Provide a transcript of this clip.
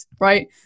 right